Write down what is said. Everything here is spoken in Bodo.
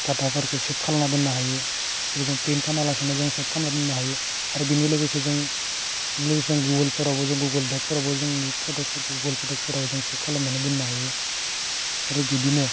डाटाफोरखौ सेभ खालामना दोननो हायो जेबो जों प्रिन्ट खालामालासेनो जों सेभ खालामना दोननो हायो आरो बिनि लोगोसे जों निउसजों गुगोलफोरावबो गुगोल द्राइबफोरावबो जोंनि फट'सफोरखौ गुगोल फट'सफोराव जों सेब खालामनानै दोननो हायो आरो बिदिनो